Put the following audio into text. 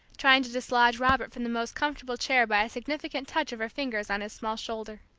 trying to dislodge robert from the most comfortable chair by a significant touch of her fingers on his small shoulder.